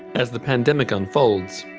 as the pandemic unfolds,